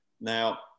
Now